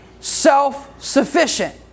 self-sufficient